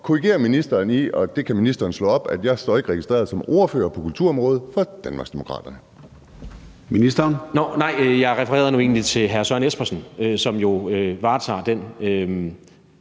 korrigere ministeren i – og det kan ministeren slå op – at jeg ikke står registreret som ordfører på kulturområdet for Danmarksdemokraterne.